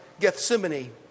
Gethsemane